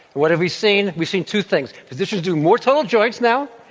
what have we seen? we've seen two things. physicians doing more total joints now,